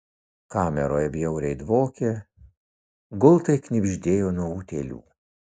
kameroje bjauriai dvokė gultai knibždėjo nuo utėlių